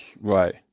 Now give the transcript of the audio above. right